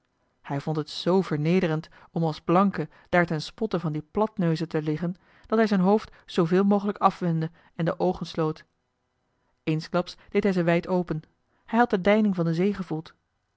hij vond het zoo vernederend om als blanke daar ten spot van die platneuzen te liggen dat hij zijn hoofd zooveel mogelijk afwendde en de oogen sloot eensklaps deed hij ze wijd open hij had de deining van de zee gevoeld